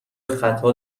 خطا